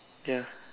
ya